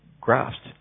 grasped